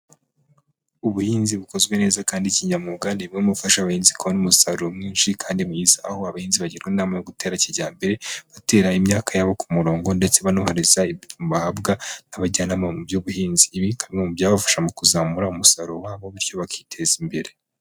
Ubuhinzi bukozwe neza kandi kinyamwuga ni bumwe mu bufasha abahinzi kubona umusaruro mwinshi kandi mwiza. Aho abahinzi bagirwa inama yo gutera kijyambere gutera imyaka yabo ku murongo ndetse banubahiriza ibipimo bahabwa n'abajyanama mu by'ubuhinzi. Ibi bikaba ari bimwe mu byabafasha mu kuzamura umusaruro wabo bityo bakiteza imbere.